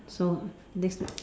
so next